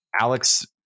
Alex